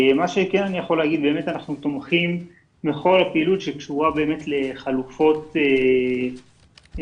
אני יכול לומר שאנחנו באמת תומכים בפעילות שקשורה לחלופות ענישה,